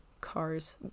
cars